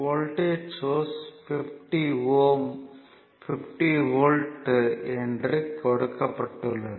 voltage source 50 V என்று கொடுக்கப்பட்டுள்ளது